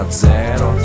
zero